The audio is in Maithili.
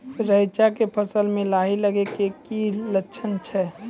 रैचा के फसल मे लाही लगे के की लक्छण छै?